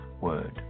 word